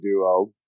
duo